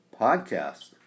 podcast